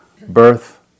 Birth